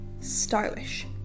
stylish